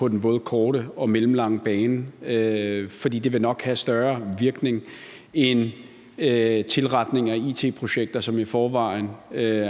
er indrettet på. For det vil nok have større virkning end tilretning af it-projekter, som i forvejen